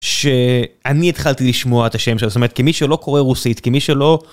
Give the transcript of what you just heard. שאני התחלתי לשמוע את השם שלה זאת אומרת כמי שלא קורא רוסית כמי שלא.